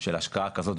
של השקעה כזאת,